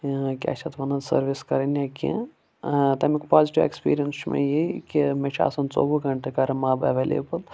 کیاہ چھِ اَتھ وَنان سٔروِس کَرٕنۍ یا کینٛہہ تَمیُٚک پازِٹیو ایٚکسپیٖریَنٕس چھُ وَنہِ یی کہِ مےٚ چُھ آسان ژوٚوُہ گَنٹہٕ گَرم آب ایٚویٚلیبٕل